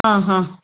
ಹಾಂ ಹಾಂ